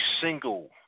single